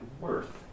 worth